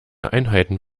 einheiten